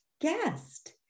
guest